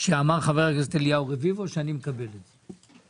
שאמר חבר הכנסת אליהו רביבו ואני מקבל אותם.